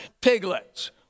piglets